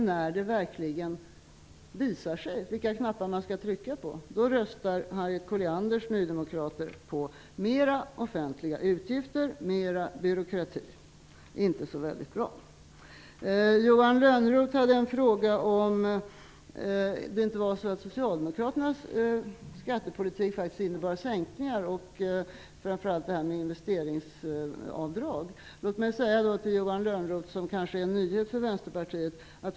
När det sedan verkligen gäller, då röstar Harriet Collianders nydemokrater för mera offentliga utgifter och mera byråkrati. Det är inte så väldigt bra. Johan Lönnroth ställde en fråga om ifall det inte var så, att socialdemokraternas skattepolitik innebar sänkningar, framför allt när det gällde investeringsavdrag. Jag kan berätta någonting för Johan Lönnroth, som kanske är en nyhet för Vänsterpartiet.